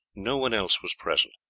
no one else was present.